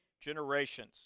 generations